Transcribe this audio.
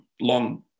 long